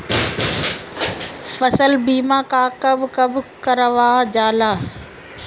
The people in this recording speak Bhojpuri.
फसल बीमा का कब कब करव जाला?